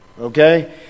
Okay